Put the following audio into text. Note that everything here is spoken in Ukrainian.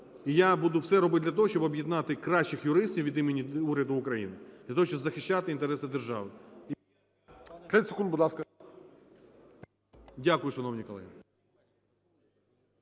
І я буду все робити для того, щоб об'єднати кращих юристів від імені уряду України для того, щоб захищати інтереси держави. ГОЛОВУЮЧИЙ.